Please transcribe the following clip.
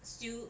still